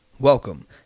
welcome